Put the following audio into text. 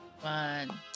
One